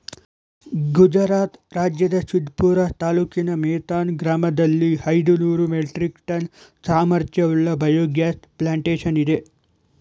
ಗುಜರಾತ್ ರಾಜ್ಯದ ಸಿದ್ಪುರ ತಾಲೂಕಿನ ಮೇಥಾನ್ ಗ್ರಾಮದಲ್ಲಿ ಐದುನೂರು ಮೆಟ್ರಿಕ್ ಟನ್ ಸಾಮರ್ಥ್ಯವುಳ್ಳ ಬಯೋಗ್ಯಾಸ್ ಪ್ಲಾಂಟೇಶನ್ ಇದೆ